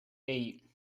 eight